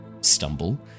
stumble